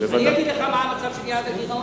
אני אגיד לך מה המצב של יעד הגירעון.